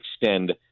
extend